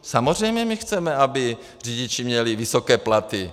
Samozřejmě chceme, aby řidiči měli vysoké platy.